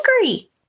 angry